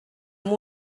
amb